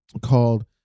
called